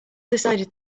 decided